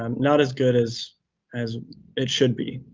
um not as good as as it should be,